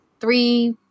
three